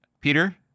Peter